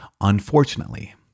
unfortunately